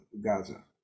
Gaza